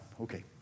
okay